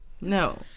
no